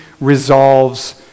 resolves